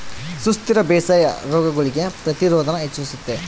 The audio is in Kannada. ಸುಸ್ಥಿರ ಬೇಸಾಯಾ ರೋಗಗುಳ್ಗೆ ಪ್ರತಿರೋಧಾನ ಹೆಚ್ಚಿಸ್ತತೆ